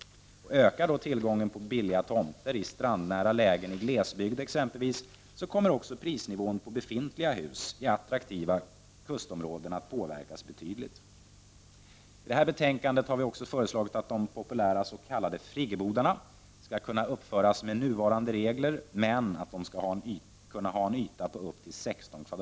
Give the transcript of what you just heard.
Ökar tillgången på billiga tomter i strandnära lägen i glesbygd, kommer också prisnivån på befintliga hus i attraktiva kustområden att påverkas betydligt. I detta betänkande har vi också föreslagit att de populära s.k. friggebodarna skall kunna uppföras med nuvarande regler, men att de skall kunna ha en yta på upp till 16 m?.